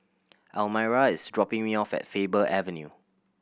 Almyra is dropping me off at Faber Avenue